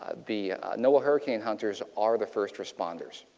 ah the you know hurricane hunters are the first responders.